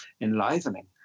enlivening